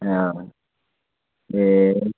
अँ ए